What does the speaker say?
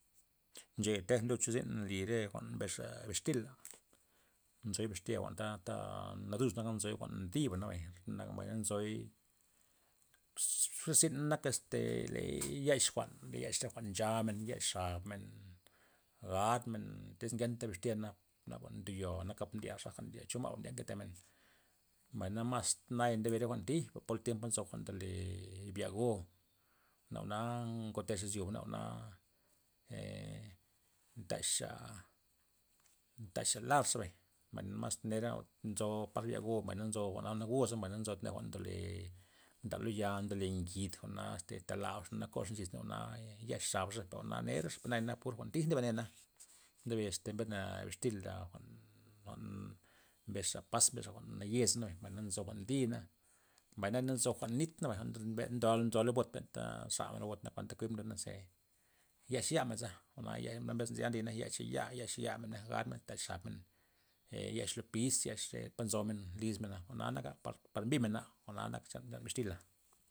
Ncheya tejna lud cho zyn nli re jwa'n mbesxa' bixtila', nzoy bixtia jwa'nta ta naduz naka, nzoy jwa'n di'bana nabay na mbay nzoy sss re irzin naka este ley yax jwa'n ley yach re jwa'n nchamen, yex xabmen, gadmen tyz ngeta bixti'ana naba ndoya'a kab ndya zaja cho ma'ba ndye nketemen, mbay na mas naya ndebe re jwa'n tij po- pol tiempa nzo jwa'ndole bliago', na jwa'na kotexa izyoba na jwa'na ndaxa ndaxa lar zebay, mbay mas nera nzo par lyago' mbayna nzo jwa'na nak go' nzo mbay nzo thib neda jwa'n ndole ndab lo ya ndole ngid jwa'na este tolabxa na koxa mbis na jwa'na yex xabxa per jwa'na nera per naya pur jwa'n tij ndebe nayana ndebe este mbesna bixtila jwa'n- jwa'n mbesxa pas' mbes jwa'n nayez nabay mbay nzo jwa'n di'na, mbay naya na nzo jwa'n nitna bay jwa'n nn- nzolay bot benta xamenabot na benta kuibmena ludna ze yex yamen ze yex yamenza jwa'nay mbesna zya nliney yech ya yex yamen gadmen taxmen xabmen ee yex lud pis yex e po nzomen lismena' jwa'na naka par mbi' mena jwa'na naka bixtila'.